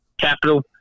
capital